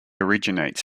originates